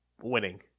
winning